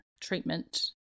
treatment